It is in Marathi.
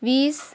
वीस